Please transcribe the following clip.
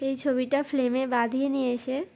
এই ছবিটা ফ্রেমে বাঁধিয়ে নিয়েছে